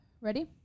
Ready